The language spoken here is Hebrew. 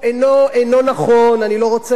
אני נזהר במילותי,